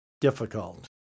difficult